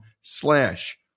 slash